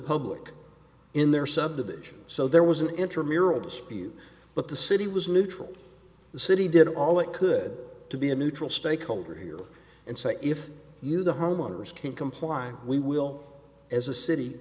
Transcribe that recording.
public in their subdivision so there was an intramural dispute but the city was neutral the city did all it could to be a neutral stakeholder here and say if you the homeowners can't comply we will as a city